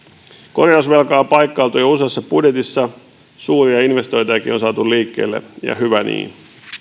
korjausvelkaa on paikkailtu jo useassa budjetissa suuria investointejakin on saatu liikkeelle ja hyvä niin